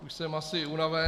Už jsem asi unaven.